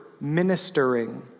ministering